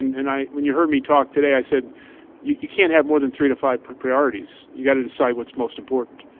and i when you heard me talk today, i said you you can't have more than three to five priorities. you got to decide what's most important.